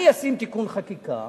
אני אשים תיקון חקיקה